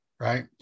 Right